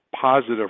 positive